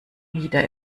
wieder